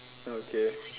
okay